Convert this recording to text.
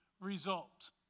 result